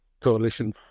coalition